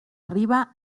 arriba